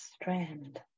strand